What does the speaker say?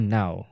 now